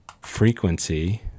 frequency